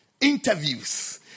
interviews